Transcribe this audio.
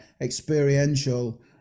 experiential